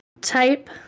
type